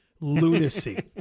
lunacy